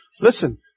Listen